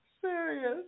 Serious